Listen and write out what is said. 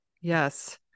Yes